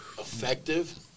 effective